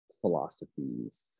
philosophies